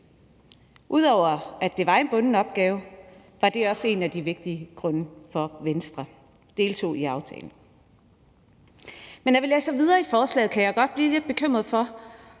Ud over at det var en bunden opgave, var det også en af de vigtige grunde til, at Venstre deltog i aftalen. Når man læser videre i forslaget, kan jeg godt blive lidt bekymret for,